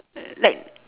like